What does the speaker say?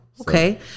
Okay